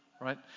right